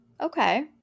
Okay